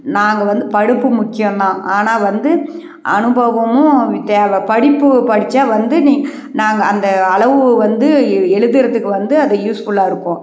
நாங்கள் வந்து படிப்பு முக்கியம் தான் ஆனால் வந்து அனுபவமும் தேவை படிப்பு படித்தா வந்து நாங்கள் அந்த அளவு வந்து எழுதுறத்துக்கு வந்து அது யூஸ்ஃபுல்லாக இருக்கும்